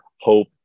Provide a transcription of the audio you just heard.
hope